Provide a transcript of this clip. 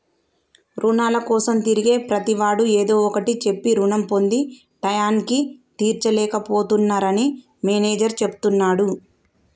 రుణాల కోసం తిరిగే ప్రతివాడు ఏదో ఒకటి చెప్పి రుణం పొంది టైయ్యానికి తీర్చలేక పోతున్నరని మేనేజర్ చెప్తున్నడు